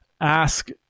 ask